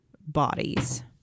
bodies